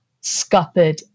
scuppered